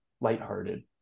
lighthearted